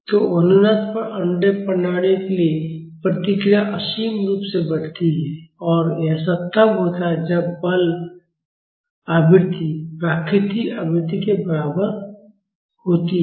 तो अनुनाद पर अनडम्प्ड प्रणालियों के लिए प्रतिक्रिया असीम रूप से बढ़ती है और ऐसा तब होता है जब बल आवृत्ति प्राकृतिक आवृत्ति के बराबर होती है